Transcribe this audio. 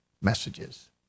messages